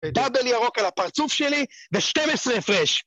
ודאבל ירוק על הפרצוף שלי, ו-12 הפרש.